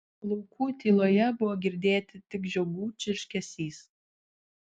laukų tyloje buvo girdėti tik žiogų čirškesys